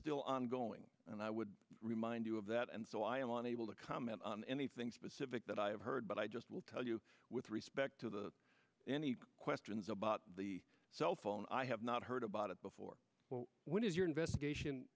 still ongoing and i would remind you of that and so i am on able to comment on anything specific that i have heard but i just will tell you with respect to the any questions about the cell phone i have not heard about it before when is your investigation